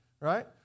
right